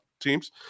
teams